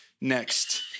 next